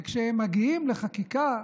כשהם מגיעים לחקיקה,